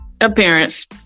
Appearance